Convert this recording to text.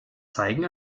zeigen